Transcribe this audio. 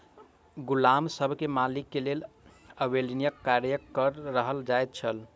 गुलाम सब के मालिक के लेल अवेत्निया कार्यक कर कहल जाइ छल